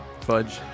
Fudge